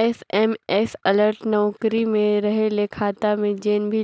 SMS alert नउकरी में रहें ले खाता में जेन भी